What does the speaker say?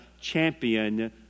champion